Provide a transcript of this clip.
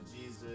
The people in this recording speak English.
Jesus